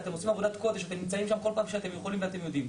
אתם עושים עבודת קודש ונמצאים שם כל פעם כשאתם יכולים ואתם יודעים,